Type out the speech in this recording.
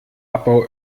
abbau